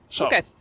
Okay